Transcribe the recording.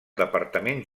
departament